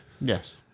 Yes